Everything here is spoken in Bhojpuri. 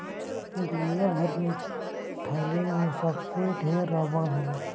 दुनिया भर में थाईलैंड में सबसे ढेर रबड़ होला